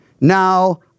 now